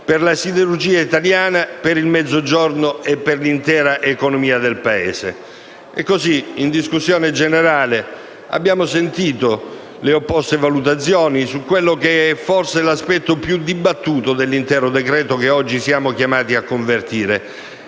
per la siderurgia italiana, per il Mezzogiorno e per l'intera economia del Paese. E così, in discussione generale, abbiamo sentito le opposte valutazioni su quello che è forse l'aspetto più dibattuto dell'intero decreto-legge che oggi siamo chiamati a convertire,